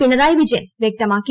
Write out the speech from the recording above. പിണറായി വിജയൻ വ്യക്തമാക്കി